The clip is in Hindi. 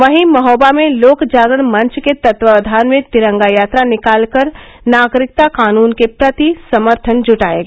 वहीं महोबा में लोक जागरण मंच के तत्वावधान में तिरंगा यात्रा निकालकर नागरिकता कानून के प्रति समर्थन जुटाया गया